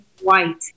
White